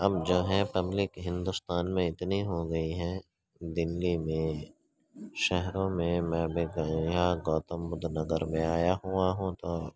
اب جو ہے پبلک ہندوستان میں اتنی ہو گئی ہے دلّی میں شہروں میں گوتم بدھ نگر میں آیا ہوا ہوں تو